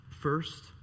First